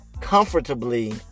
comfortably